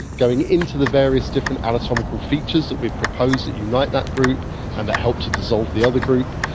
going into the various different anatomical features that we've proposed that unite that group and that help to dissolve the other group,